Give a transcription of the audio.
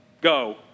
go